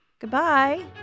Goodbye